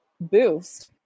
boost